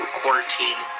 quarantine